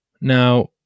Now